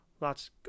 lots